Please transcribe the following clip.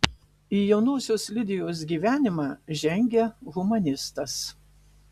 į jaunosios lidijos gyvenimą žengia humanistas